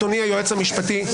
אדוני היועץ המשפטי,